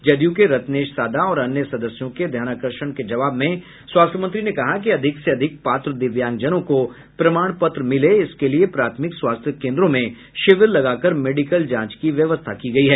जदयू के रत्नेश सादा और अन्य सदस्यों के ध्यानाकर्षण के जवाब में स्वास्थ्य मंत्री ने कहा कि अधिक से अधिक पात्र दिव्यांगजनों को प्रमाण पत्र मिले इसके लिये प्राथमिक स्वास्थ्य केन्द्रों में शिविर लगाकर मेडिकल जांच की व्यवस्था की गयी है